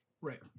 right